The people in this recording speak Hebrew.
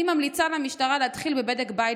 אני ממליצה למשטרה להתחיל בבדק בית